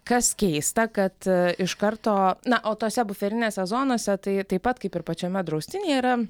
kas keista kad iš karto na o tose buferinėse zonose tai taip pat kaip ir pačiame draustinyje yra